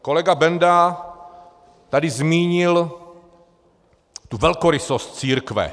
Kolega Benda tady zmínil velkorysost církve.